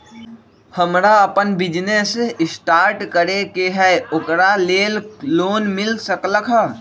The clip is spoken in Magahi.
हमरा अपन बिजनेस स्टार्ट करे के है ओकरा लेल लोन मिल सकलक ह?